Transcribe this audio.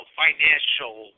financial